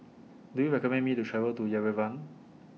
Do YOU recommend Me to travel to Yerevan